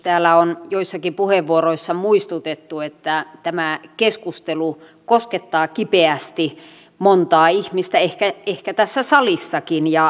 täällä on joissakin puheenvuoroissa muistutettu että tämä keskustelu koskettaa kipeästi montaa ihmistä ehkä tässäkin salissa